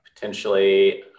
potentially